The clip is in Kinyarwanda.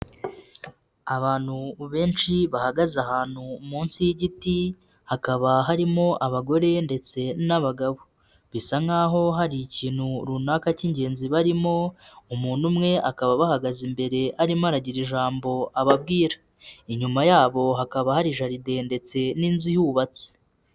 Abantu benshi bahagaze ahantu munsi y'igiti, hakaba harimo abagore ndetse n'abagabo, bisa nk'aho hari ikintu runaka k'ingenzi barimo, umuntu umwe akaba abahagaze imbere arimo aragira ijambo ababwira. Inyuma yabo hakaba hari jaride ndetse n'inzu ihubatse.